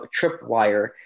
tripwire